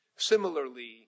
Similarly